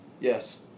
Yes